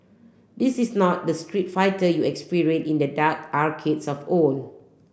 this is not the Street Fighter you experienced in the dark arcades of old